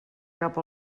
cap